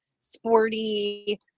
sporty